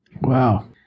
Wow